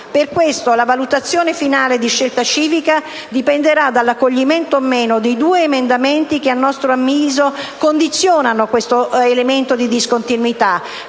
Per questo la valutazione finale di Scelta Civica dipenderà dall'accoglimento o meno dei due emendamenti che, a nostro avviso, condizionano questo elemento di discontinuità.